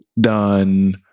done